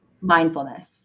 mindfulness